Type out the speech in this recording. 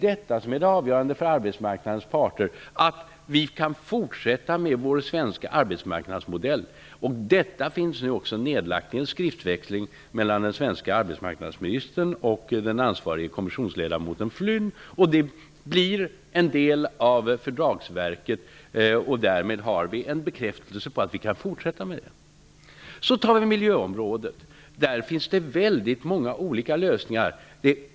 Det är avgörande för arbetsmarknadens parter att Sverige kan fortsätta med sin svenska arbetsmarknadsmodell. Detta finns nu dokumenterat i en skriftväxling mellan den svenska arbetsmarknadsministern och den ansvarige kommissionsledamoten Flynn. Det blir en del av fördragsverket. Därmed har vi en bekräftelse på att vi kan fortsätta med vår modell. På miljöområdet finns det väldigt många olika lösningar.